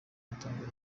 atanga